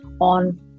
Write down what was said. on